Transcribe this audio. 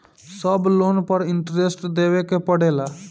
सब लोन पर इन्टरेस्ट देवे के पड़ेला?